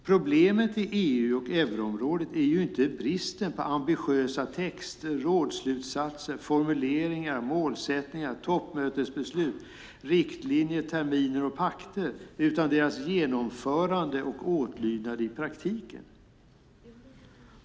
Problemet i EU och euroområdet är ju inte bristen på ambitiösa texter, rådsslutsatser, formuleringar, målsättningar, toppmötesbeslut, riktlinjer, terminer och pakter utan deras genomförande och åtlydnad i praktiken.